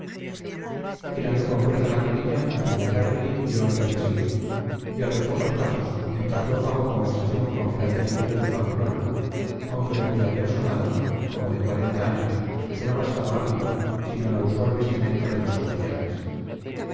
tirando con fuerza la colilla zumalacárregui dio orden de seguir y a los pocos pasos entabló fago conversación con fray cirilo de pamplona hombre muy apersonado como de cuarenta años que no gastaba hábito sino la usual vestimenta de los capellanes